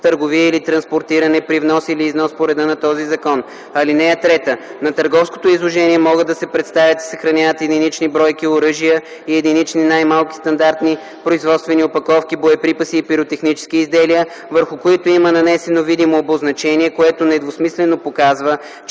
търговия или транспортиране при внос или износ по реда на този закон. (3) На търговското изложение могат да се представят и съхраняват единични бройки оръжия и единични най-малки стандартни производствени опаковки боеприпаси и пиротехнически изделия, върху които има нанесено видимо обозначение, което недвусмислено показва,